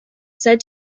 said